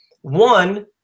one